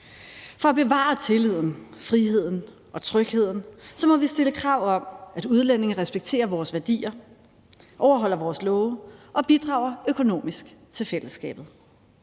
For at bevare tilliden, friheden og trygheden må vi stille krav om, at udlændinge respekterer vores værdier, overholder vores love og bidrager økonomisk til fællesskabet.